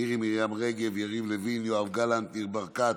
מירי מרים רגב, יריב לוין, יואב גלנט, ניר ברקת,